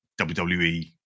WWE